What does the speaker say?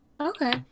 Okay